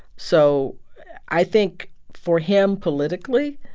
so i think for him, politically,